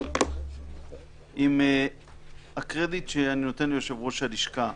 עם הקרדיט שאני נותן ליושב-ראש הלשכה,